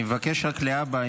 אני מבקש רק להבא,